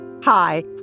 Hi